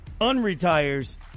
unretires